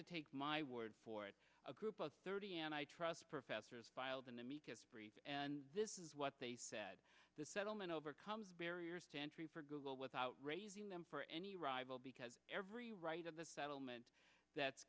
to take my word for it a group of thirty and i trust professors filed an amicus brief this is what they said the settlement overcomes barriers to entry for google without raising them for any rival because every write of the settlement that's